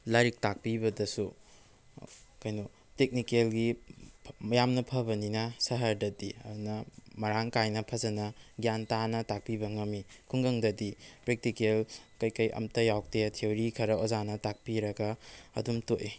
ꯂꯥꯏꯔꯤꯛ ꯇꯛꯄꯤꯕꯗꯁꯨ ꯀꯩꯅꯣ ꯇꯦꯛꯅꯤꯀꯦꯜꯒꯤ ꯌꯥꯝꯅ ꯐꯕꯅꯤꯅ ꯁꯍ꯭ꯔꯗꯗꯤ ꯑꯗꯨꯅ ꯃꯔꯥꯡ ꯀꯥꯏꯅ ꯐꯖꯅ ꯒ꯭ꯌꯥꯟ ꯇꯥꯅ ꯇꯥꯛꯄꯤꯕ ꯉꯝꯃꯤ ꯈꯨꯡꯒꯪꯗꯗꯤ ꯄ꯭ꯔꯦꯛꯇꯤꯀꯦꯜ ꯀꯩ ꯀꯩ ꯑꯝꯇ ꯌꯥꯎꯗꯦ ꯊꯤꯋꯣꯔꯤ ꯈꯔ ꯑꯣꯖꯥꯅ ꯇꯥꯛꯄꯤꯔꯒ ꯑꯗꯨꯝ ꯇꯣꯀꯏ